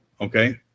okay